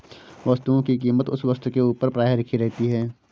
वस्तुओं की कीमत उस वस्तु के ऊपर प्रायः लिखी रहती है